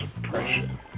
suppression